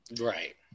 Right